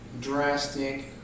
drastic